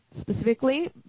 specifically